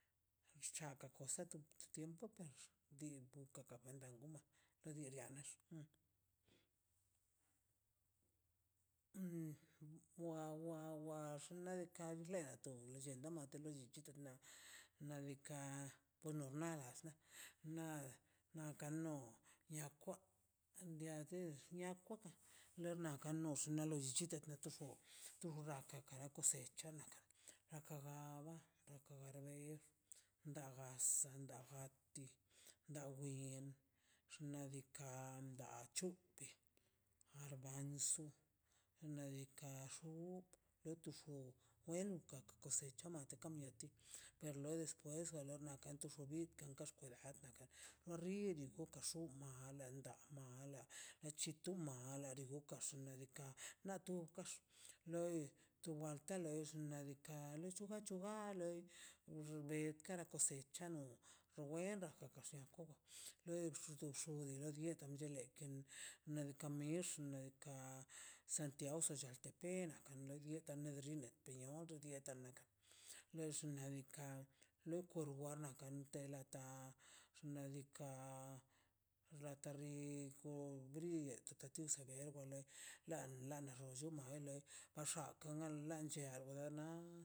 Chaka kosa tu tu tiempo xtimpo ka ka benta una to di riax nex um wa- wa- wa xnaꞌ diikaꞌ to lellenda mak tu chillit na nadika por lo nadas na nakan ned no nia kwa nia te nia kwakan ker na kan niox na lo llichitet zo tu jugat cosechanan na ka gan ban na ka ga ber bei da gasan da rrati da win xnaꞌ diikaꞌ da c̱huti ar ban su nadika xuu de tu xuu wen kaga cosecha mateka mieti per lo despues lor na kan ti subir kan kax kele farriri do fokas puma tal den da mala echi tu ma mala riguxka nadika na tu kax loi wal te dex xnaꞌ diikaꞌ le chuga chuga ux bei kada cosecha no rewenga gasan joo ew xi exodo cheke leken nadika mix nadika santiago ozaltepec na kan ne letra ne xine te ni on chul mieta nel xnaꞌ diikaꞌ lo kur wara ka ne la ta xnaꞌ diika' rraka ri odri et waler la na ro llu wa ler ba xaken la chean wa nar.